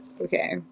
Okay